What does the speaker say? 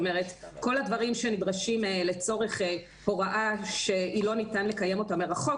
כל הדברים שנדרשים לצורך הוראה שלא ניתן לקיים אותה מרחוק,